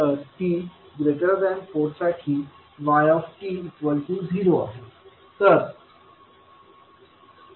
तर t 4 साठी yt 0 आहे